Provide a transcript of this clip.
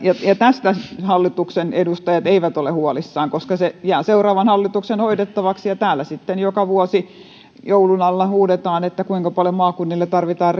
tästä hallituksen edustajat eivät ole huolissaan koska se jää seuraavan hallituksen hoidettavaksi ja täällä sitten joka vuosi joulun alla huudetaan kuinka paljon maakunnille tarvitaan